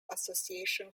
association